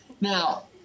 Now